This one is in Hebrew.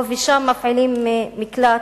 פה ושם מפעילים מקלט,